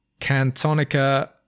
Cantonica